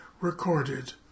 recorded